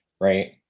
right